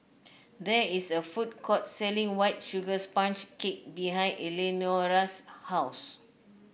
there is a food court selling White Sugar Sponge Cake behind Eleanora's house